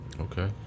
Okay